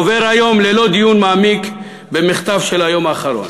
עובר היום ללא דיון מעמיק, במחטף של היום האחרון.